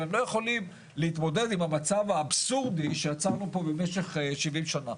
אבל הם לא יכולים להתמודד עם המצב האבסורדי שיצרנו פה במשך שבעים שנה.